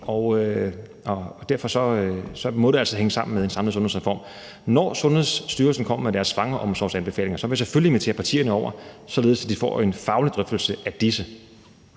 derfor må det altså hænge sammen med en samlet sundhedsreform. Når Sundhedsstyrelsen kommer med deres svangreomsorgsanbefalinger, vil vi selvfølgelig invitere partierne over, således at de får en faglig drøftelse af disse.